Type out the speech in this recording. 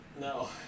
No